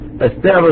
Establish